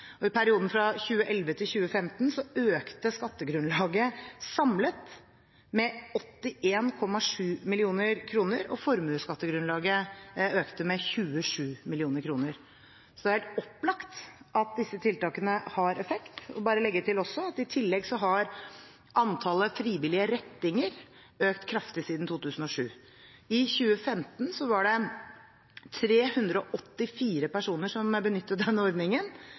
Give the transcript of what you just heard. og i perioden fra 2011 til 2015 økte skattegrunnlaget samlet med 81,7 mill. kr, og formuesskattegrunnlaget økte med 27 mill. kr. Så det er opplagt at disse tiltakene har effekt. Jeg vil bare legge til også at i tillegg har antallet frivillige rettinger økt kraftig siden 2007. I 2015 var det 384 personer som benyttet denne ordningen,